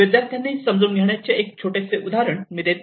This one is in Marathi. विद्यार्थ्यांनी समजून घेण्याचे एक छोटेसे उदाहरण मी देतो